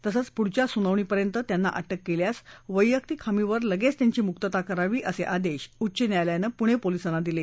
तसंच पुढच्या सुनावणीपर्यंत त्यांना अटक केल्यास वैयक्तीक हमीवर लगेच त्यांची मुक्तता करावी असे आदेश उच्च न्यायलयानं पुणे पोलिसांना दिले